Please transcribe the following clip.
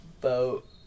boat